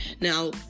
Now